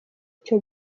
icyo